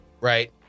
right